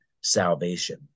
salvation